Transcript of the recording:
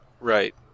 Right